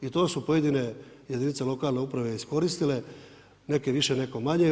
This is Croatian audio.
I to su pojedine jedinice lokalne uprave iskoristile, neke više, neke manje.